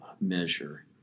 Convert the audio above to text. measure